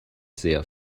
sehr